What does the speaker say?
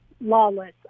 lawless